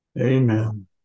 Amen